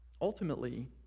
ultimately